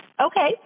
Okay